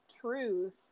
truth